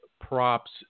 props